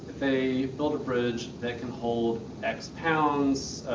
they build a bridge that can hold x pounds,